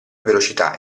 velocità